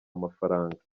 amafaranga